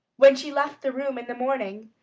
when she left the room in the morning,